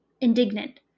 indignant